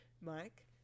Mike